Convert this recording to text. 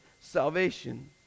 salvation